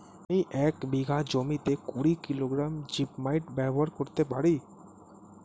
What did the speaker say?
আমি এক বিঘা জমিতে কুড়ি কিলোগ্রাম জিপমাইট ব্যবহার করতে পারি?